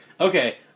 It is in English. Okay